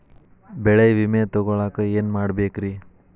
ಬೆಳೆ ವಿಮೆ ತಗೊಳಾಕ ಏನ್ ಮಾಡಬೇಕ್ರೇ?